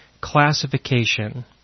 classification